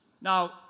Now